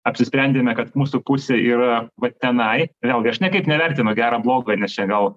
apsisprendėme kad mūsų pusė yra va tenai vėlgi aš niekaip nevertinu gera bloga nes čia gal